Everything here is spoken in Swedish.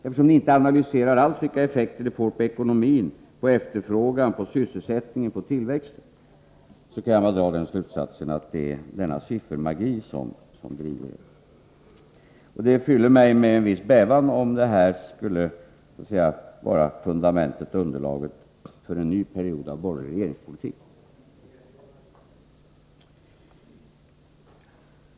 Eftersom ni inte alls analyserar vilka effekter detta får på ekonomin, på efterfrågan, på sysselsättningen eller på tillväxten kan jag bara dra den slutsatsen att det är denna siffermagi som driver er. Det fyller mig med en viss bävan om det här skulle vara underlaget för en ny period av borgerlig regeringspolitik.